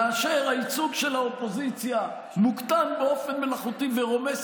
כאשר הייצוג של האופוזיציה מוקטן באופן מלאכותי ורומס